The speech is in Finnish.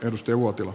kari uotila